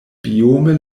biome